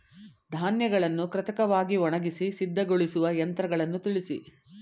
ಧಾನ್ಯಗಳನ್ನು ಕೃತಕವಾಗಿ ಒಣಗಿಸಿ ಸಿದ್ದಗೊಳಿಸುವ ಯಂತ್ರಗಳನ್ನು ತಿಳಿಸಿ?